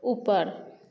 ऊपर